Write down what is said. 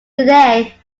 today